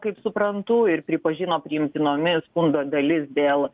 kaip suprantu ir pripažino priimtinomis skundo dalis dėl